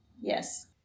Yes